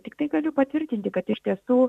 tiktai galiu patvirtinti kad iš tiesų